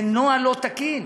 זה נוהל לא תקין.